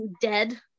dead